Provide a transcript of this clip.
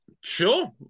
Sure